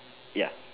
ya